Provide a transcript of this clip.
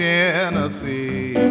Tennessee